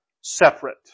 separate